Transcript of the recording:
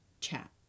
chat